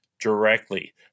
directly